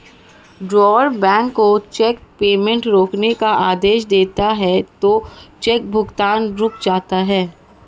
drawer bank को cheque payment रोकने का आदेश देता है तो चेक भुगतान रुक जाता है